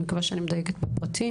אני מקווה שאני מדייקת בפרטים.